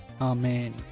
Amen